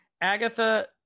Agatha